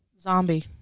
Zombie